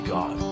God